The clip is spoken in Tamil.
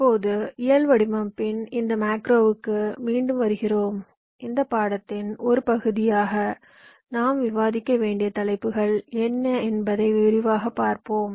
இப்போது இயல் வடிவமைப்பின் இந்த மேக்ரோக்கு மீண்டும் வருகிறோம் இந்த பாடத்தின் ஒரு பகுதியாக நாம் விவாதிக்க வேண்டிய தலைப்புகள் என்ன என்பதை விரிவாகப் பார்ப்போம்